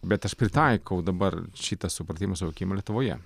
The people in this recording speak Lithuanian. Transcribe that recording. bet aš pritaikau dabar šitą supratimą suvokimą lietuvoje